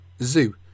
Zoo